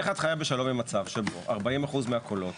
אבל איך את חיה בשלום עם מצב שבו 40% מהקולות